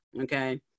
Okay